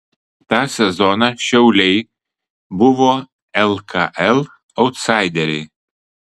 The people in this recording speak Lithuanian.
tą sezoną šiauliai buvo lkl autsaideriai